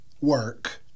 work